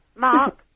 Mark